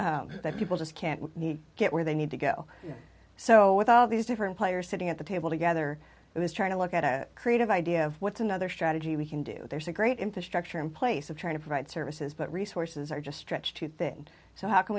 reasons that people just can't get where they need to go so with all these different players sitting at the table together i was trying to look at a creative idea of what's another strategy we can do there's a great infrastructure in place of trying to provide services but resources are just stretched too thin so how can